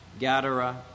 Gadara